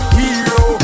hero